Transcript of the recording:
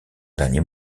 dernier